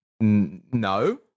no